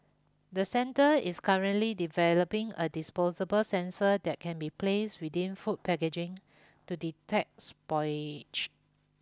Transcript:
the centre is currently developing a disposable sensor that can be placed within food packaging to detect